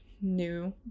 new